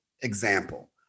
example